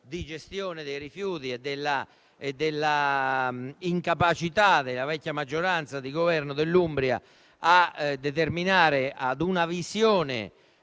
di gestione dei rifiuti e l'incapacità della vecchia maggioranza di governo dell'Umbria di determinare una visione